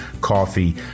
coffee